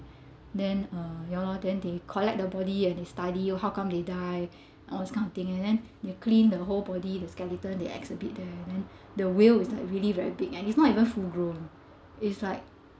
then uh ya lor then they collected the body and they studied loh how come they die all this kind of thing and then they cleaned the whole body the skeleton they exhibit there then the whale it's like really very big and it's not a full room it's like